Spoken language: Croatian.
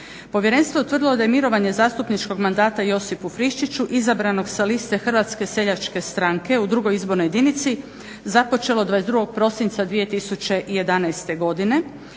Povjerenstvo je utvrdilo da je mirovanje zastupničkog mandata Josipu Friščiću izabranog sa liste HSS-a u 2. izbornoj jedinici započelo 22. prosinca 2011. godine